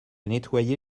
nettoyer